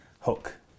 hook